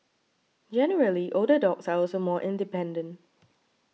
generally older dogs are also more independent